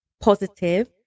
positive